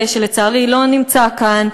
שלצערי לא נמצא כאן,